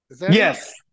yes